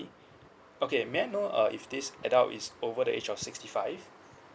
okay may I know uh if this adult is over the age of sixty five